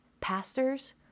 Pastors